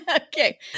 Okay